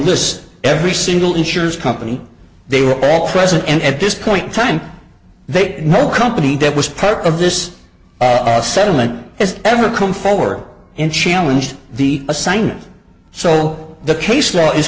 list every single insurance company they were all present and at this point in time they no company that was part of this settlement has ever come forward and challenge the assignment so the case law is